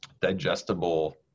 digestible